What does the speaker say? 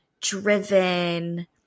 driven